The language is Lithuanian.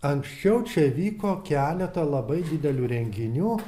anksčiau čia vyko keleta labai didelių renginių